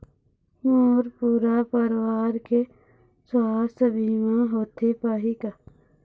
मोर पूरा परवार के सुवास्थ बीमा होथे पाही का?